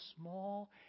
small